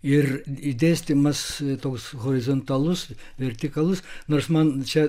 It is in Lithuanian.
ir išdėstymas toks horizontalus vertikalus nors man čia